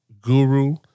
guru